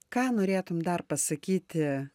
ką norėtum dar pasakyti